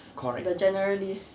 correct